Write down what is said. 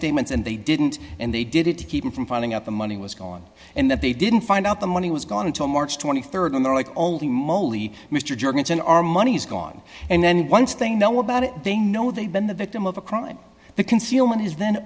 statements and they didn't and they did it to keep him from finding out the money was gone and that they didn't find out the money was gone until march rd and they're like oh moley mr jurgensen our money's gone and then once they know about it they know they've been the victim of a crime the concealment is then